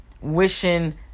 Wishing